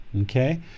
Okay